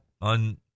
on